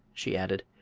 she added,